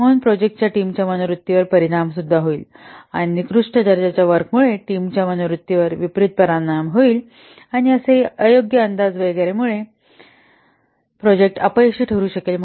म्हणूनच प्रोजेक्ट टीमच्या मनोवृत्तीवर विपरीत परिणाम होईल आणि निकृष्ट दर्जाच्या वर्कमुळे टीमच्या मनोवृत्तीवर विपरीत परिणाम होईल आणि असे अयोग्य अंदाजा वगैरेमुळे असे झाले असेल म्हणूनच तर कदाचित प्रोजेक्ट अपयशी ठरू शकेल